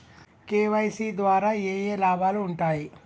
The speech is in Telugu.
కే.వై.సీ ద్వారా ఏఏ లాభాలు ఉంటాయి?